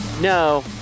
No